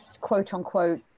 quote-unquote